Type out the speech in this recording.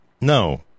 no